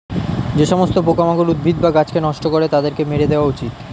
যে সমস্ত পোকামাকড় উদ্ভিদ বা গাছকে নষ্ট করে তাদেরকে মেরে দেওয়া উচিত